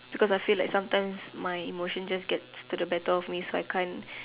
because I feel like sometime my emotion just get to the better of me so I can't